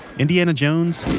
indiana jones,